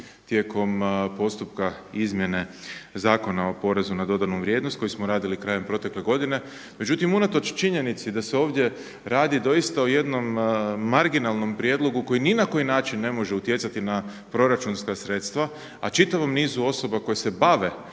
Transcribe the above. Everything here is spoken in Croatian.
tijekom postupka izmjene Zakona o porezu na dodanu vrijednost koji smo radili krajem protekle godine. Međutim, unatoč činjenici da se ovdje radi doista o jednom marginalnom prijedlogu koji ni na koji način ne može utjecati na proračunska sredstva a čitavom nizu osoba koje se bave